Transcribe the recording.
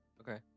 Okay